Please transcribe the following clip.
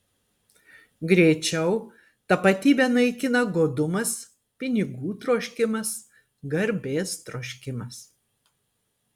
greičiau tapatybę naikina godumas pinigų troškimas garbės troškimas